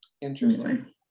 Interesting